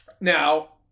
Now